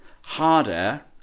harder